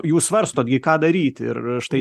jūs svarstot gi ką daryti ir štai